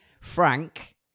Frank